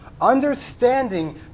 Understanding